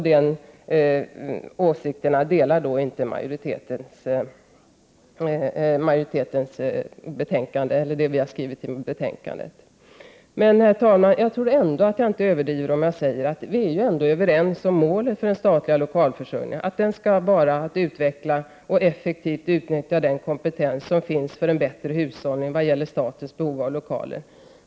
De åsikterna delar inte utskottsmajoriteten. Herr talman! Jag tror ändå inte att jag överdriver om jag säger att vi är överens om målet för den statliga lokalförsörjningen. Det skall vara att utveckla och effektivt utnyttja den kompetens som finns för en bättre hushållning vad gäller statens behov av lokaler.